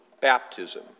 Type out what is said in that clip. baptism